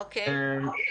אוקיי.